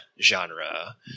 genre